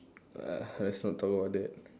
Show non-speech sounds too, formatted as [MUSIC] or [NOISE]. uh [BREATH] let's not talk about that